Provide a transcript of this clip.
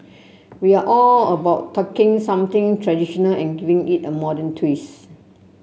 we are all about talking something traditional and giving it a modern twist